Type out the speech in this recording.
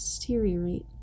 deteriorate